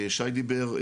שי דיבר,